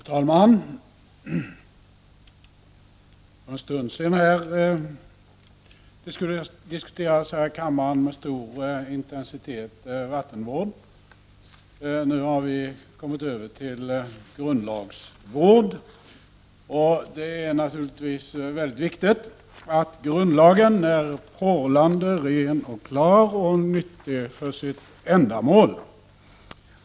Fru talman! För en stund sedan diskuterades här i kammaren med stor intensitet vattenvård. Nu har vi kommit över till grundlagsvård. Det är naturligtvis mycket viktigt att grundlagen är porlande ren och klar och nyttig för sitt ändamål.